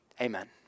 Amen